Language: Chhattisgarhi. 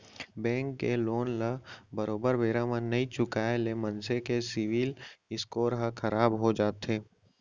बेंक के लोन ल बरोबर बेरा म नइ चुकाय ले मनसे के सिविल स्कोर ह खराब हो जाथे